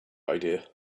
idea